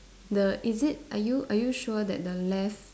the is it are you are you sure that the left